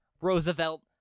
Roosevelt